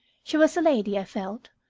she was a lady, i felt,